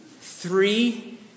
Three